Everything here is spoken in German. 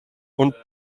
und